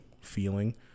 feeling